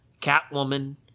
Catwoman